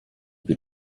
più